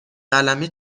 قلمه